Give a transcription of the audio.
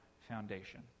foundation